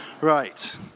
Right